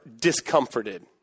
discomforted